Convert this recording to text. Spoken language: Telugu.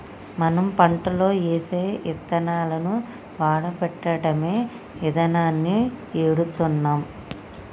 మనం పంటలో ఏసే యిత్తనాలను వాడపెట్టడమే ఇదానాన్ని ఎడుతున్నాం